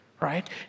right